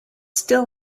still